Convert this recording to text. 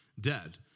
dead